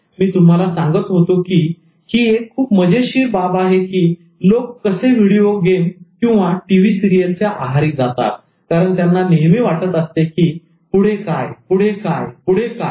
तर मी तुम्हाला सांगत होतो की ही एक खूप मजेशीर नोंद आहे की लोक कसे व्हिडिओ गेम किंवा टीव्ही सिरीयल च्या आहारी जातात कारण त्यांना नेहमी वाटत असते की पुढे काय पुढे काय पुढे काय